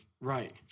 Right